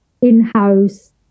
in-house